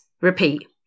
repeat